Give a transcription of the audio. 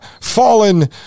fallen